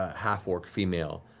half orc female.